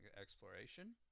exploration